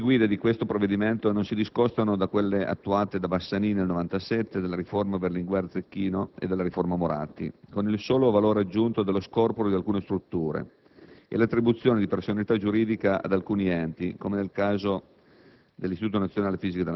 Le linee guida di questo provvedimento non si discostano da quelle attuate da Bassanini nel 1997 o dalle cosiddette riforme Berlinguer-Zecchino e Moratti, con il solo valore aggiunto dello "scorporo di alcune strutture" e l'attribuzione di "personalità giuridica" ad alcuni enti, come nel caso dell'Istituto